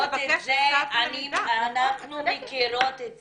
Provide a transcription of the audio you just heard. אנחנו מכירות את זה.